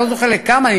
אני לא זוכר לכמה,